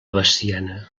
veciana